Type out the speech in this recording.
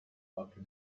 after